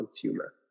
consumer